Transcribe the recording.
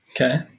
Okay